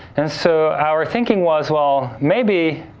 and so, our thinking was well, maybe